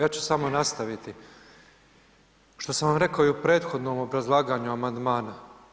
Ja ću samo nastaviti što sam vam rekao i u prethodnom obrazlaganju amandmana.